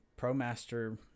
promaster